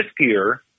riskier